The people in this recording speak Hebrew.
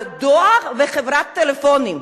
על הדואר וחברת הטלפונים.